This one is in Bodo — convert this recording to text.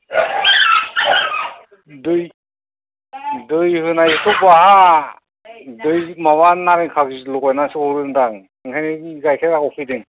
दै दै होनायथ' बाहा दै माबा नारें खाजि लागायनानैसो हरो दां ओंखायनो गाइखेरा गावफैदों